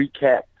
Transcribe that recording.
recap